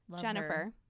Jennifer